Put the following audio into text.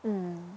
mm